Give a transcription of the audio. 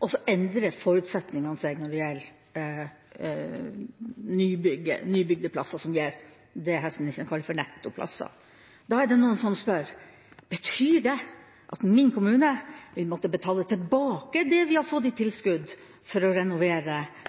og så endrer forutsetningene seg når det gjelder nybygde plasser, som gir det helseministeren kaller for nettoplasser – betyr det at den kommunen vil måtte betale tilbake det man har fått i tilskudd for å renovere,